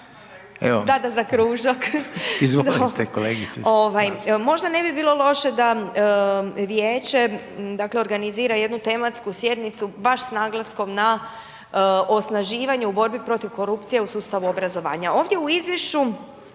Evo, izvolite kolegice./... Možda ne bi bilo loše da vijeće dakle organizira jednu tematsku sjednicu baš s naglaskom na osnaživanje u borbi protiv korupcije u sustavu obrazovanja. Ovdje u izvješću